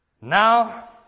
Now